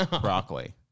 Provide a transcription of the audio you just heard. broccoli